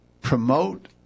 promote